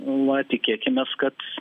va tikėkimės kad